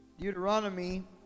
Deuteronomy